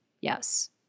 Yes